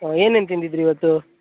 ಹಾಂ ಏನೇನು ತಿಂದಿದ್ರಿ ಇವತ್ತು